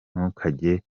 ntukajye